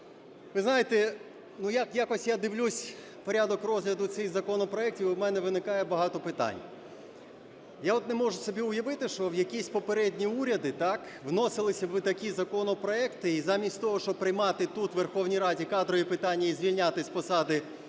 Ви знаєте, якось я дивлюсь порядок розгляду цих законопроектів, і в мене виникає багато питань. Я от не можу собі уявити, що в якісь попередні уряди вносилися би такі законопроекти, і замість того, щоб приймати тут у Верховній Раді кадрові питання і звільняти з посади голову